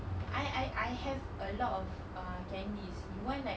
ah I I I have a lot of uh candies you want like